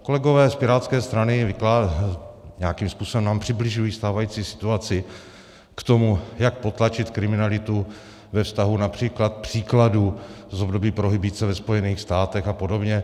Kolegové z Pirátské strany nám nějakým způsobem přibližují stávající situaci, k tomu, jak potlačit kriminalitu ve vztahu například příkladů z období prohibice ve Spojených státech apod.